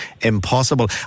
impossible